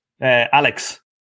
Alex